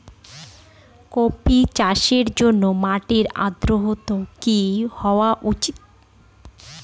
Coffee চাষের জন্য মাটির আর্দ্রতা কি হওয়া উচিৎ?